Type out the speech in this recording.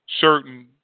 certain